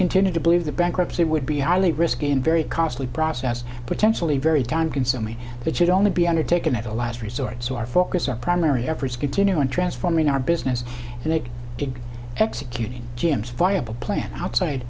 continue to believe that bankruptcy would be highly risky and very costly process potentially very time consuming but should only be undertaken as a last resort so our focus our primary efforts continue on transforming our business and they did executing jim's viable plan outside